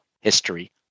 history